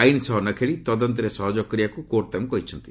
ଆଇନ୍ ସହ ନଖେଳି ତଦନ୍ତରେ ସହଯୋଗ କରିବାକୁ କୋର୍ଟ ତାଙ୍କୁ କହିଛନ୍ତି